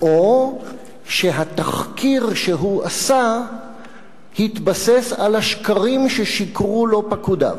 או שהתחקיר שהוא עשה התבסס על השקרים ששיקרו לו פקודיו.